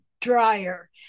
dryer